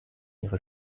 ihre